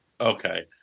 Okay